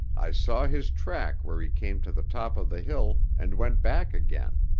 i saw his track where he came to the top of the hill and went back again,